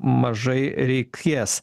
mažai reikės